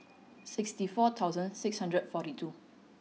sixty four thousand six hundred forty two